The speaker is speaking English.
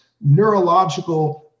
neurological